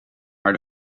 maar